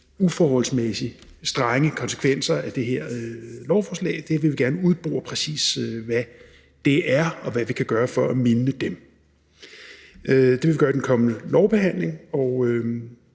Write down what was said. uforholdsmæssig strenge konsekvenser af det her lovforslag. Vi vil gerne udbore præcis, hvad de er, og hvad vi kan gøre for at mildne dem. Det vil vi gøre i den kommende lovbehandling, og